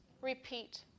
repeat